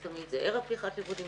ככה תמיד ערב פתיחת שנת הלימודים,